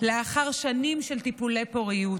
לאחר שנים של טיפולי פוריות.